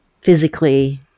physically